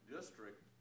district